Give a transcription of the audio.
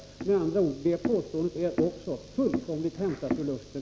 Med andra ord: det påståendet är också helt och hållet gripet ur luften.